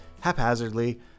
haphazardly